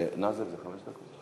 עד חמש דקות.